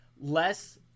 less